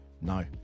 no